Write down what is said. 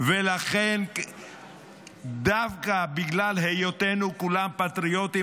ולכן דווקא בגלל היותנו כולם פטריוטים,